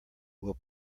will